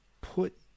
put